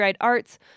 Arts